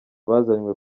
bazanywe